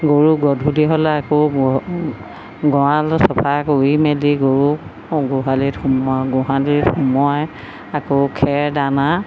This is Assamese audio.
গৰু গধুলি হ'লে আকৌ গড়ালতো চফা কৰি মেলি গৰুক গোহালিত সোমোৱাওঁ গোহালিত মই আকৌ খেৰ দানা